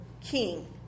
king